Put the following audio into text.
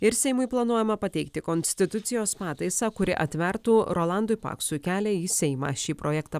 ir seimui planuojama pateikti konstitucijos pataisą kuri atvertų rolandui paksui kelią į seimą šį projektą